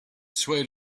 swayed